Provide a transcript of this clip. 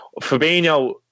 Fabinho